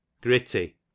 Gritty